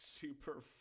super